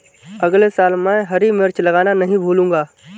अगले साल मैं हरी मिर्च लगाना नही भूलूंगा